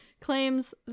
claims